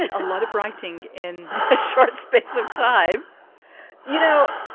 a a lot of writing in a short space of time you know,